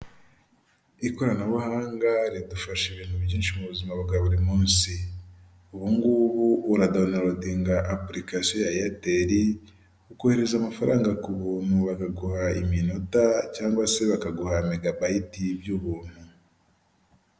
Ikoranabuhanga ridufasha ibintu byinshi mu buzima bwa buri munsi. Ubungubu uradowunilodinga apulikasiyo ya eyateli, ukohereza amafaranga ku buntu, bakaguha iminota cyangwa se bakaguha megabayiti, by'ubuntu.